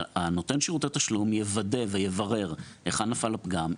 נותן שירותי התשלום יוודא ויברר היכן נפל הפגם,